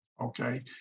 okay